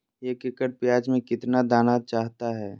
एक एकड़ प्याज में कितना दाना चाहता है?